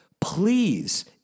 please